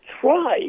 try